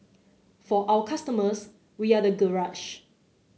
for our customers we are the garage